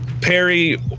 Perry